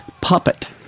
puppet